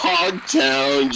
Hogtown